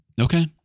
Okay